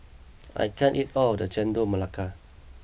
I can't eat all of this Chendol Melaka